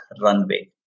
runway